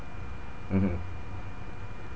mmhmm